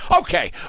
okay